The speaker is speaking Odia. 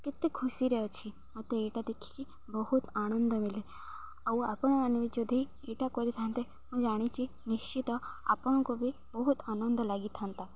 କେତେ ଖୁସିରେ ଅଛି ମୋତେ ଏଇଟା ଦେଖିକି ବହୁତ ଆନନ୍ଦ ଆଉ ଆପଣ ଆଣିବେ ଯଦି ଏଇଟା କରିଥାନ୍ତେ ମୁଁ ଜାଣିଛି ନିଶ୍ଚିତ ଆପଣଙ୍କୁ ବି ବହୁତ ଆନନ୍ଦ ଲାଗିଥାନ୍ତା